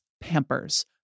Pampers